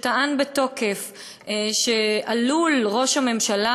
הוא טען בתוקף שעלול ראש הממשלה,